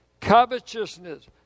Covetousness